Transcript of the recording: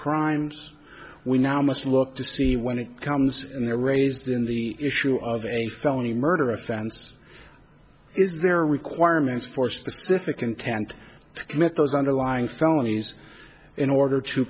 crimes we now must look to see when it comes in their raised in the issue of a felony murder offense is their requirements for specific intent to commit those underlying felonies in